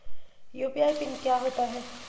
UPI PIN क्या होता है?